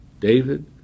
David